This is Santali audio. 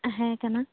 ᱦᱮᱸ ᱠᱟᱱᱟ